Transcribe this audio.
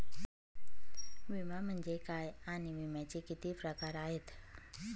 विमा म्हणजे काय आणि विम्याचे किती प्रकार आहेत?